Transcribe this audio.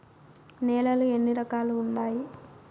నేలలు ఎన్ని రకాలు వుండాయి?